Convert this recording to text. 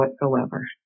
whatsoever